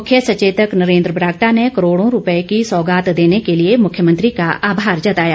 मुख्य सचेतक नरेन्द्र बरागटा ने करोड़ो रूपए की सौगात देने ँके लिए मुख्यमंत्री का आभार जताया